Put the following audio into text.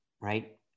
right